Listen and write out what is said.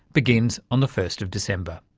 begins on the first of december.